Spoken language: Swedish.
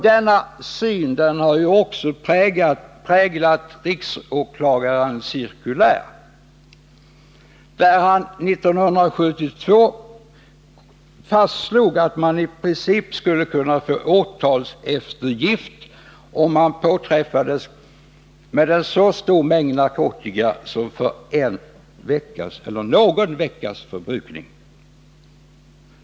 Denna syn har också präglat riksåklagarens cirkulär från 1972, där han Nr 139 fastslog att man i princip skulle kunna få åtalseftergift, även om man påträffades med en så stor mängd narkotika som är tillräcklig för en veckas eller någon veckas förbrukning.